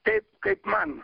taip kaip man